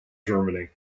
germany